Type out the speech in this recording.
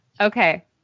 okay